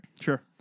Sure